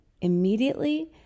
Immediately